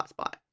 hotspot